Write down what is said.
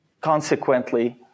consequently